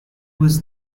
was